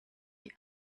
die